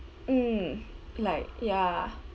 mm like ya